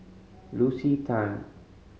Lucy Tan